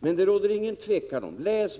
Men det råder inget tvivel om att det är fråga om skatteplanering.